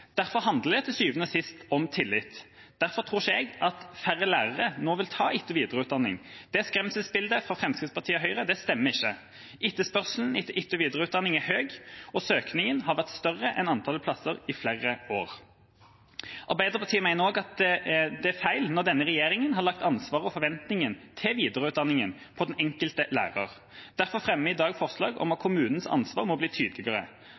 Derfor handler det til syvende og sist om tillit. Derfor tror ikke jeg at færre lærere nå vil ta etter- og videreutdanning. Det skremselsbildet fra Fremskrittspartiet og Høyre stemmer ikke. Etterspørselen etter etter- og videreutdanning er høy, og søkningen har vært større enn antallet plasser i flere år. Arbeiderpartiet mener også at det er feil når denne regjeringa har lagt ansvaret og forventningen til videreutdanningen på den enkelte lærer. Derfor fremmer vi i dag forslag om at kommunens ansvar må bli tydeligere.